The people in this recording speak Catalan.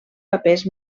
papers